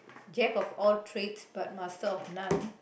jack of all trades but master of none